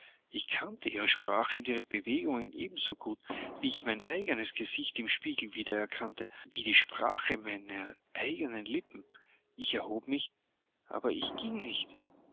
ich kannte ihre sprache und ihre bewegungen ebenso gut wie ich mein eigenes gesicht im spiegel wieder erkannte wie die sprache meiner eigenen lippen ich erhob mich aber ich ging nicht